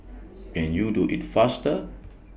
can you do IT faster